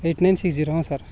eight nine six zero ହଁ sir